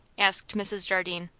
asked mrs. jardine.